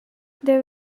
they